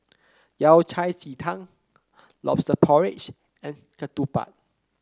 Yao Cai Ji Tang lobster porridge and ketupat